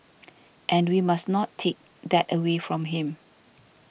and we must not take that away from him